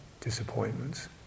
disappointments